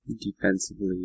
defensively